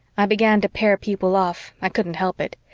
i began to pair people off i couldn't help it.